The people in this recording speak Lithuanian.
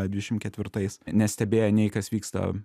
dvidešimt ketvirtais nestebėjo nei kas vyksta